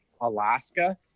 Alaska